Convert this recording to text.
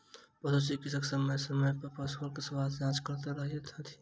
पशु चिकित्सक समय समय पर पशुक स्वास्थ्य जाँच करैत रहैत छथि